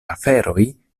aferoj